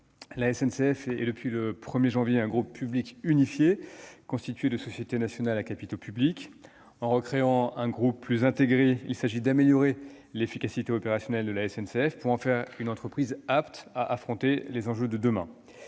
la SNCF est depuis le 1 janvier un groupe public unifié, constitué de sociétés nationales à capitaux publics. En recréant un groupe plus intégré, il s'agit d'améliorer l'efficacité opérationnelle de la SNCF, pour en faire une entreprise apte à affronter les enjeux de demain.